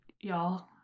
y'all